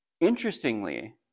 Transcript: interestingly